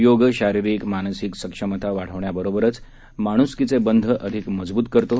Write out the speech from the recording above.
योग शारीरिक मानसिक सक्षमता वाढवण्याबरोबरच माणुसकीपे वंध अधिक मजबूत करतो